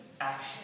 action